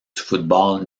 football